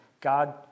God